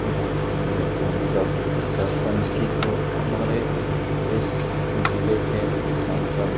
बात की जाए सांसद सरपंच की तो हमारे इस ज़िले के सांसद